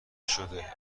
شده